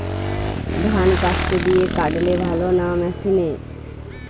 ধান কাস্তে দিয়ে কাটলে ভালো না মেশিনে?